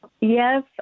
Yes